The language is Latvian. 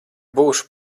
būšu